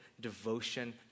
devotion